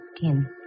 ten